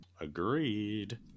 Agreed